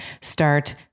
start